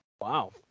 Wow